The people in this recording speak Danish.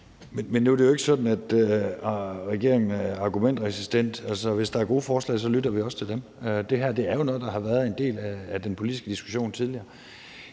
Men nu er det jo ikke sådan, at regeringen er argumentresistent. Altså, hvis der er gode forslag, lytter vi også til dem. Det her er jo noget, der har været en del af den politiske diskussion tidligere.